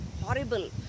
horrible